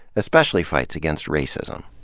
especially fights against racism.